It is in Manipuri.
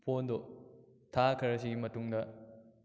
ꯐꯣꯟꯗꯨ ꯊꯥ ꯈꯔꯁꯤꯒꯤ ꯃꯇꯨꯡꯗ